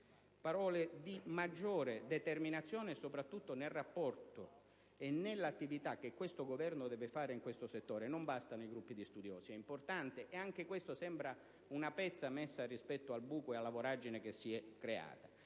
parole di maggiore determinazione, soprattutto nel rapporto e nell'attività che questo Governo deve svolgere in questo settore. Non bastano i gruppi di studiosi. Essi sono importanti, ma anche questa sembra una toppa rispetto al buco, alla voragine che si è creata.